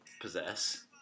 Possess